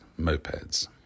mopeds